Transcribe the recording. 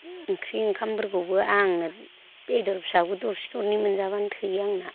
ओंख्रि ओंखामफोरखौबो आंनो बेदर फिसाखौ दरसे दरनै मोनजाबानो थोयो आंना